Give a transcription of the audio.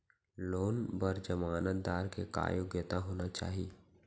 Loan बर जमानतदार के का योग्यता होना चाही?